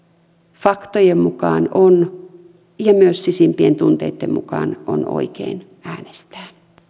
faktojen mukaan ja myös sisimpien tunteitten mukaan on oikein äänestää